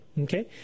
Okay